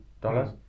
dollars